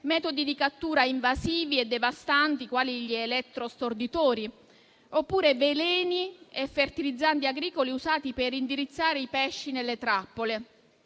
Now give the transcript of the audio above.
metodi di cattura invasivi e devastanti quali gli elettrostorditori, oppure veleni e fertilizzanti agricoli usati per indirizzare i pesci nelle trappole,